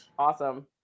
awesome